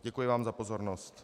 Děkuji vám za pozornost.